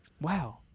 Wow